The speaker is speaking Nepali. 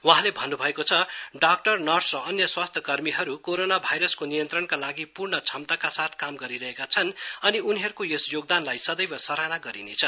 वहाँले भन्नुभएको छ डाक्टर नर्स र अन्य स्वस्थाकर्मीहरू कोरोना भाइरसको नियन्त्रणका लागि पूर्ण क्षमताक साथ काम गरिरहेका छन् अनि उनीहरूको यस योगदानलाई सदैव सराहना गरिनेछ